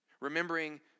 Remembering